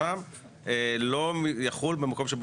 זה צורכי ציבור, זה באמת בנוסף.